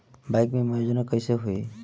Bike बीमा योजना कैसे होई?